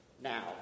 now